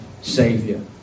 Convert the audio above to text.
Savior